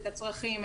את הצרכים,